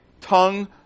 tongue